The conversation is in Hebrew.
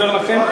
שאסור לקיים,